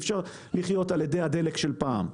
אי-אפשר לחיות על אדי הדלק של פעם.